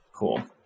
Cool